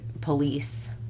police